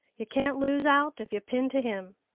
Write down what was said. you can't lose out if you pin to him.